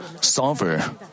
solver